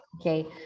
Okay